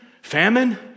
famine